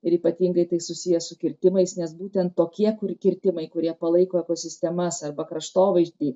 ir ypatingai tai susiję su kirtimais nes būtent tokie kur kirtimai kurie palaiko ekosistemas arba kraštovaizdį